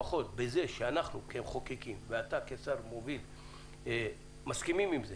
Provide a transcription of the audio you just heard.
לפחות בזה שאנחנו כמחוקקים ואתה כשר מוביל מסכימים עם זה